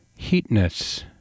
heatness